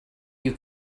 you